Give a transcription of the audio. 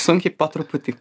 sunkiai po truputį